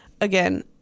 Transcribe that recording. again